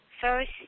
first